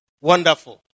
Wonderful